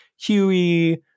Huey